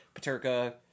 Paterka